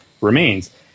remains